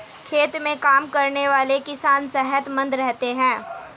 खेत में काम करने वाले किसान सेहतमंद रहते हैं